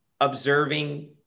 observing